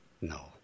No